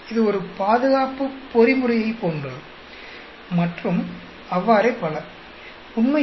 இது ஒரு பாதுகாப்பு பொறிமுறையைப் போன்றது மற்றும் அவ்வாறே பல உண்மையில்